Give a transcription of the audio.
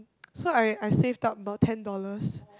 so I I saved up about ten dollars